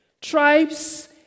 tribes